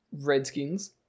Redskins